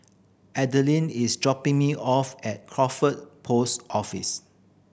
Adeline is dropping me off at Crawford Post Office